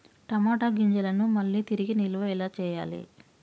టమాట గింజలను మళ్ళీ తిరిగి నిల్వ ఎలా చేయాలి?